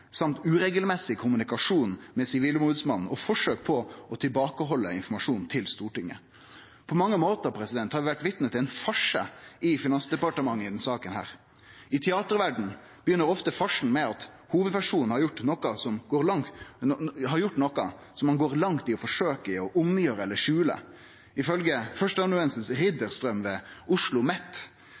kommunikasjon med Sivilombodsmannen og forsøk på å halde tilbake informasjon til Stortinget. På mange måtar har vi vore vitne til ein farse i Finansdepartementet i denne saka. I teaterverda begynner ofte farsen med at hovudpersonen har gjort noko som ein går langt i å forsøkje å gjere om eller skjule. Ifølgje førsteamanuensis Ridderstrøm ved Oslo Met utgjer ofte hendingane i